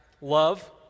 love